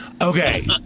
Okay